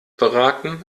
beraten